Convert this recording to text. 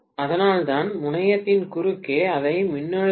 அதனால்தான் முனையத்தின் குறுக்கே அதே மின்னழுத்த வி